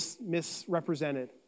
misrepresented